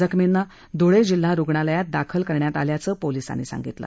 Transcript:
जखमींना ध्वळे जिल्हा रुग्णालयात दाखल केलं असल्याचं पोलिसांनी सांगितलं